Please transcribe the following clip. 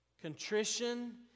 contrition